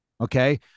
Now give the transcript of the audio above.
Okay